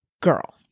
girl